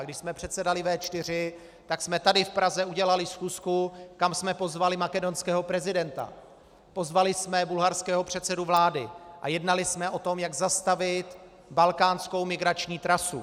Kdy jsme předsedali V4, tak jsme tady v Praze udělali schůzku, kam jsme pozvali makedonského prezidenta, pozvali jsme bulharského předsedu vlády a jednali jsme o tom, jak zastavit balkánskou migrační trasu.